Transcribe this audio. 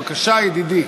בבקשה, ידידי.